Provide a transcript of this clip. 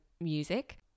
music